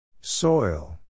Soil